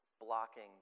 blocking